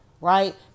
right